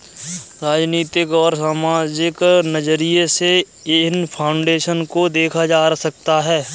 राजनीतिक और सामाजिक नज़रिये से इन फाउन्डेशन को देखा जा सकता है